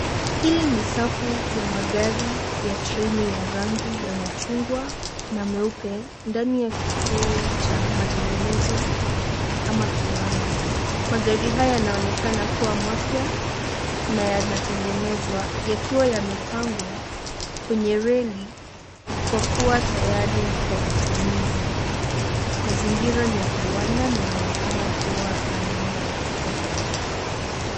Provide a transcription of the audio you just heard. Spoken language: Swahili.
Hili ni safu ya magari ya treni ya rangi ya machungwa na mweupe, ndani ya kituo cha matengenezo ama kiwanda. Magari haya naonekana kuwa mapya na yanatengezwa yakiwa yamepangwa kwenye reli, kwa kuwa tayari kwa matumizi. Mazingira ni ya viwanda na inaonekana kuwa na mwanga wa kutosha.